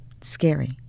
scary